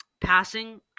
passing